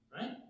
Right